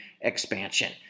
expansion